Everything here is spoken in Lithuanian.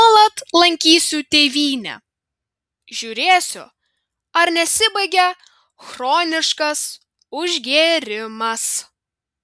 nuolat lankysiu tėvynę žiūrėsiu ar nesibaigia chroniškas užgėrimas